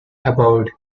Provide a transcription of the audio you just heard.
aboard